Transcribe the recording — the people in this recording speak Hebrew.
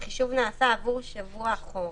החישוב נעשה עבור שבוע אחורה.